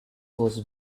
was